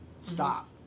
stop